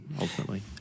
ultimately